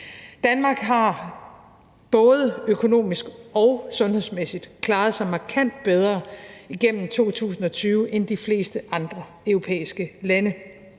Danmark har både økonomisk og sundhedsmæssigt klaret sig markant bedre igennem 2020 end de fleste andre europæiske lande.